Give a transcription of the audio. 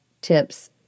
tips